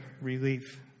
relief